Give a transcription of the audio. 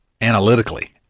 analytically